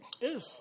Yes